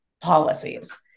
policies